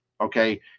okay